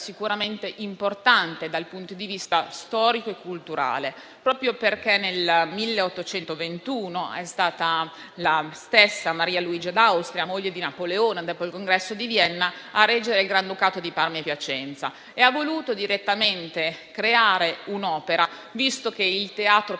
sicuramente importante dal punto di vista storico e culturale, in quanto nel 1821 è stata la stessa Maria Luigia D'Austria, moglie di Napoleone, dopo il Congresso di Vienna, a reggere il Granducato di Parma e Piacenza e a voler direttamente creare un'opera, visto che il teatro